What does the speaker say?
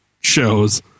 shows